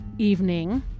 Evening